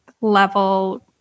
level